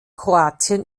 kroatien